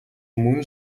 мөн